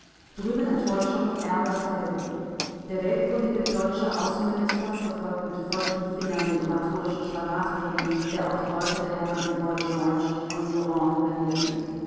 drüben enttäuschung ärger verwirrung der weltkundige deutsche außenminister verfolgt mit feuchten fingern den oratorischen spagatregen der auf die häupter der herren lloyd george und millerand herniedergeht